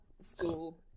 school